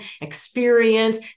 experience